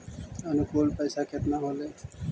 अनुकुल पैसा केतना होलय